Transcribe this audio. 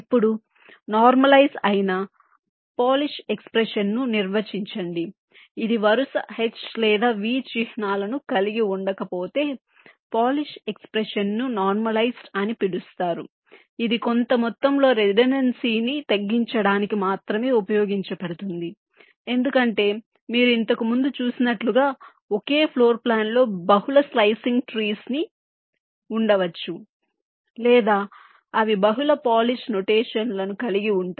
ఇప్పుడు నార్మలైజ్ అయిన Polish expression ను నిర్వచించండి ఇది వరుస H లేదా V చిహ్నాలను కలిగి ఉండకపోతే పోలిష్ ఎక్స్ప్రెషన్ ను నార్మలైజెడ్ అని పిలుస్తారు ఇది కొంత మొత్తంలో రిడెండెన్సీని తగ్గించడానికి మాత్రమే ఉపయోగించబడుతుంది ఎందుకంటే మీరు ఇంతకు ముందు చూసినట్లుగా ఒకే ఫ్లోర్ ప్లాన్ లో బహుళ స్లైసింగ్ ట్రీస్ ఉండవచ్చు లేదా అవి బహుళ పోలిష్ నొటేషన్ లను కలిగి ఉంటాయి